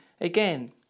again